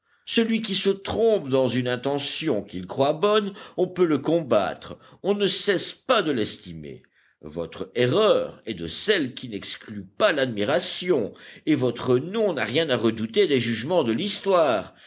celui qui se trompe dans une intention qu'il croit bonne on peut le combattre on ne cesse pas de l'estimer votre erreur est de celles qui n'excluent pas l'admiration et votre nom n'a rien à redouter des jugements de l'histoire